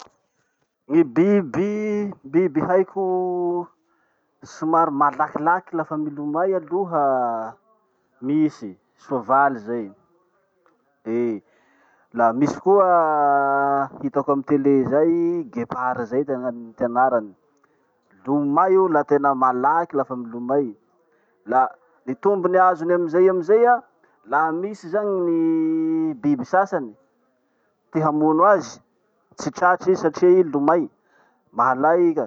Gny biby biby haiko somary malakilaky lafa milomay aloha misy: soavaly zay. Eh! La misy koa hitako amy tele zay, guepard zay te- ty anarany. Lomay io la tena malaky lafa milomay. La ny tombony azony amizay amizay an, laha misy zany ny biby sasany te hamono azy, tsy tratry i satria i lomay, mahalay i ka.